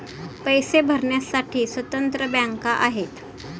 पैसे भरण्यासाठी स्वतंत्र बँका आहेत